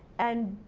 and,